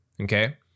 okay